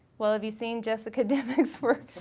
well have you seen jessica dimmock's work?